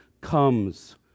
comes